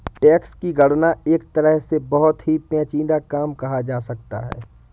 tax की गणना एक तरह से बहुत ही पेचीदा काम कहा जा सकता है